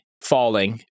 falling